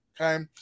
Okay